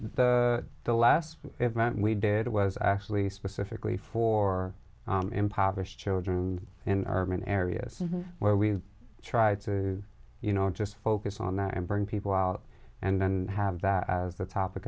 the the last round we did was actually specifically for impoverished children in urban areas where we tried to you know just focus on that and bring people out and then have that the topic